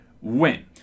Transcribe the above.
win